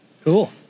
Cool